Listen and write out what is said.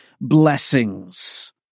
blessings